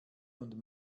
und